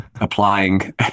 applying